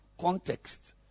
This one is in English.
context